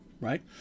right